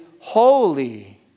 holy